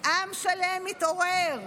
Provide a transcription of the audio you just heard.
עם שלם מתעורר,